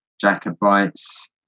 Jacobites